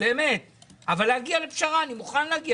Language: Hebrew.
אבל להגיע לפשרה אני מוכן.